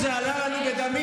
תפסיקו, זה עלה לנו בדמים.